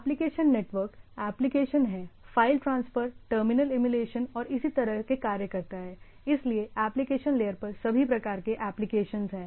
application network application हैं file transfer terminal emulation और इसी तरह के कार्य करता है इसलिए एप्लिकेशन लेयर पर सभी प्रकार के एप्लिकेशन हैं